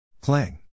Clang